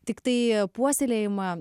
tiktai puoselėjima